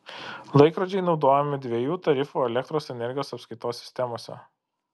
laikrodžiai naudojami dviejų tarifų elektros energijos apskaitos sistemose